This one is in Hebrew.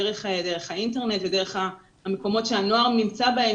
דרך האינטרנט ודרך המקומות שהנוער נמצא בהם,